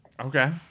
Okay